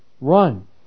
run